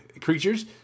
creatures